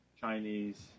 Chinese